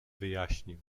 wyjaśnił